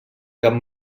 cap